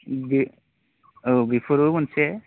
बे औ बेफोरबो मोनसे